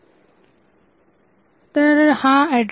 तर आहे ऍड्रेस 0013